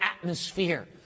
atmosphere